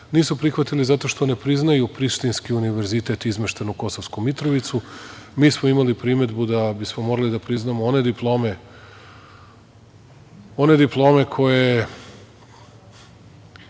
Nisu prihvatili zato što ne priznaju Prištinski univerzitet izmešten u Kosovsku Mitrovicu. Mi smo imali primedbu da bismo morali da priznamo one diplome koje